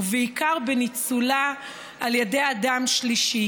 ובעיקר בניצול על ידי אדם שלישי,